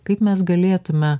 kaip mes galėtume